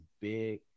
big